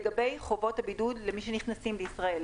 לגבי חובות הבידוד למי שנכנסים לישראל,